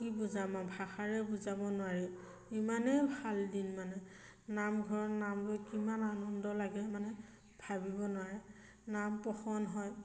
কি বুজাম আৰু ভাষাৰে বুজাব নোৱাৰি ইমানেই ভাল দিন মানে নামঘৰত নাম লৈ কিমান আনন্দ লাগে মানে ভাবিব নোৱাৰে নাম প্ৰসংগ হয়